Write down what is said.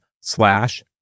slash